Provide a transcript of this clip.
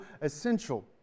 essential